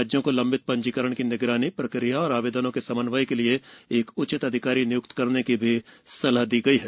राज्यों को लंबित ंजीकरण की निगरानी प्रक्रिया और आवेदनों के समन्वय के लिए एक उचित अधिकारी नियुक्त करने की भी सलाह दी है